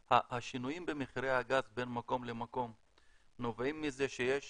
השינויים במחירי הגז בין מקום למקום נובעים מזה שיש